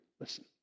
listen